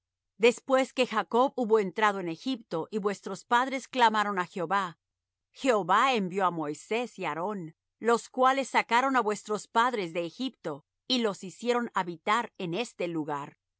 después que jacob hubo entrado en egipto y vuestros padres clamaron á jehová jehová envió á moisés y á aarón los cuales sacaron á vuestros padres de egipto y los hicieron habitar en este lugar